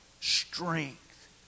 strength